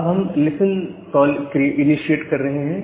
अब हम listen call initiate कर रहे हैं